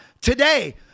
today